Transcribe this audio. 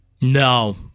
No